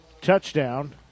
touchdown